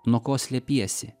nuo ko slepiesi